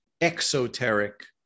exoteric